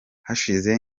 hashize